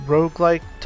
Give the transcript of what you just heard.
Roguelike